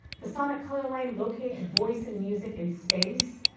the sonic color line locates voice and music in space,